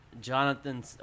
Jonathan